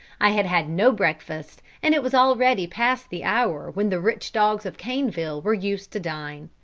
i had had no breakfast, and it was already past the hour when the rich dogs of caneville were used to dine.